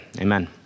amen